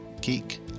geek